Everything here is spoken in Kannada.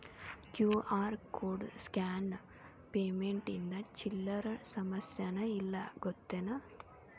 ಕ್ಯೂ.ಆರ್ ಕೋಡ್ ಸ್ಕ್ಯಾನ್ ಪೇಮೆಂಟ್ ಇಂದ ಚಿಲ್ಲರ್ ಸಮಸ್ಯಾನ ಇಲ್ಲ ಗೊತ್ತೇನ್?